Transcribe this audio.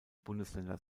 bundesländer